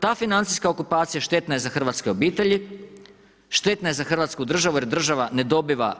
Ta financijska okupacija, štetna je za hrvatske obitelji, štetna je za Hrvatsku državu, jer država ne dobiva